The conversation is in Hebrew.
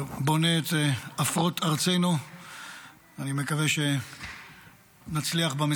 אנחנו קודם כול מבינים ויודעים מהו